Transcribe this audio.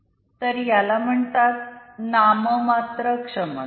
तर याला म्हणतात नाममात्र क्षमता